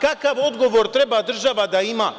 Kakav odgovor država treba da ima